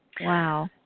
Wow